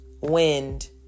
wind